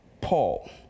Paul